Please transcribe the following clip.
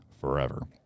forever